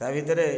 ତା' ଭିତରେ